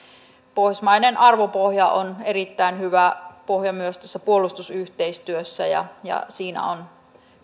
pohjoismainen arvopohja on erittäin hyvä pohja myös tässä puolustusyhteistyössä ja ja siinä on